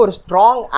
strong